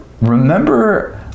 Remember